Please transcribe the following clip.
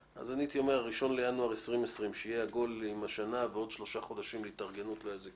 בינואר 2020, כך שזמן ההתארגנות יהיה